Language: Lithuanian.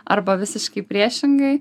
arba visiškai priešingai